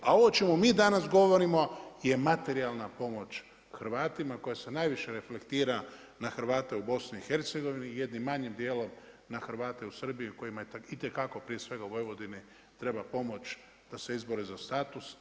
A ovo o čemu mi danas govorimo je materijalna pomoć Hrvatima koja se najviše reflektira na Hrvate u BIH, jednim manjim dijelom na Hrvate u Srbiji, kojima je to itekako prije svega u Vojvodini treba pomoć da se izbore za status.